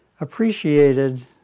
appreciated